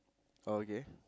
okay